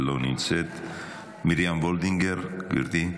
לא נמצאת, מרים וולדיגר, גברתי,